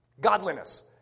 Godliness